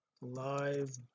live